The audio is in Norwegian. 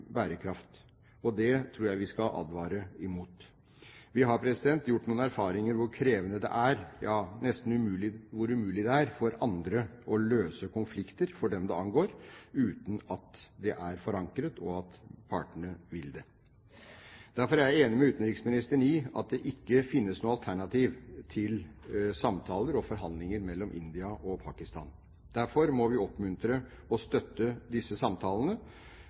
bærekraft, og det tror jeg vi skal advare mot. Vi har gjort noen erfaringer om hvor krevende det er – ja, nesten hvor umulig det er – for andre å løse konflikter for dem det angår, uten at det er forankret, og at partene vil det. Derfor er jeg enig med utenriksministeren i at det ikke finnes noe alternativ til samtaler og forhandlinger mellom India og Pakistan, og derfor må vi oppmuntre og støtte disse samtalene.